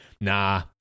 nah